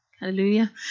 Hallelujah